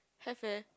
have leh